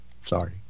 sorry